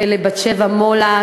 ולבת-שבע מולה,